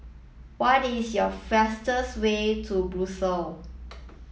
what is your fastest way to Brussels